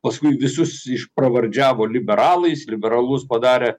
paskui visus išpravardžiavo liberalais liberalus padarė